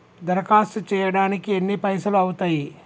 దరఖాస్తు చేయడానికి ఎన్ని పైసలు అవుతయీ?